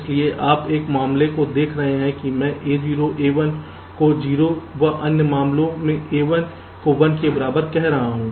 इसलिए आप एक मामले में देख रहे हैं कि मैं A0 A1 को 0 वा अन्य मामले मेंA1 को 1 के बराबर कह रहा हूँ